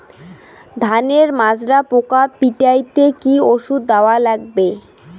ধানের মাজরা পোকা পিটাইতে কি ওষুধ দেওয়া লাগবে?